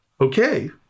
Okay